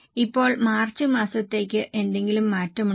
ഇപ്പോൾ മാർച്ച് മാസത്തേക്ക് എന്തെങ്കിലും മാറ്റമുണ്ടോ